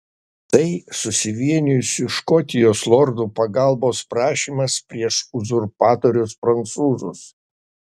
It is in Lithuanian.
tai susivienijusių škotijos lordų pagalbos prašymas prieš uzurpatorius prancūzus